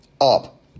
up